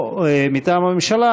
או מטעם הממשלה,